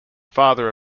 father